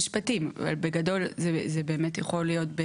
בגדול זה באמת יכול להיות,